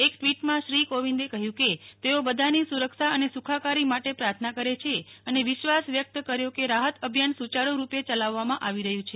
એક ટ્વીટમાં શ્રી કોવિંદે કહ્યું કે તેઓ બધાની સુરક્ષા અને સુખાકારી માટે પ્રાર્થના કરે છે અને વિશ્વાસ વ્યક્ત કર્યો કે રાહત અભિયાન સુચારૂ રૂપે ચલાવવામાં આવી રહ્યું છે